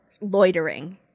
loitering